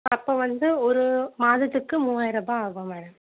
அப்போ வந்து ஒரு மாதத்துக்கு மூவாயரரூபா ஆகும் மேடம்